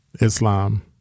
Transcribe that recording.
Islam